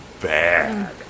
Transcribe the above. bad